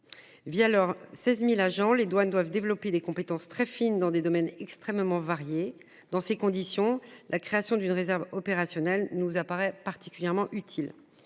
Via leur 16.000 agents les douanes doivent développer des compétences très fine dans des domaines extrêmement variés. Dans ces conditions, la création d'une réserve opérationnelle, nous apparaît particulièrement utile